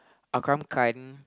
Akram-Khan